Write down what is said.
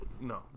no